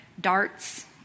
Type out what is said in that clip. Darts